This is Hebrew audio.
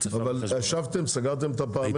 אבל ישבתם, סגרתם את הפרמטרים?